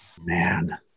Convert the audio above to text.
man